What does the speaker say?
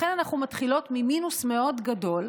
לכן אנחנו מתחילות ממינוס מאוד גדול,